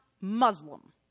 Muslim